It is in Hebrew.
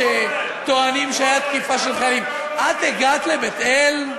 שטוענים שהייתה תקיפה של חיילים: את הגעת לבית-אל?